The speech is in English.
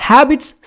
Habits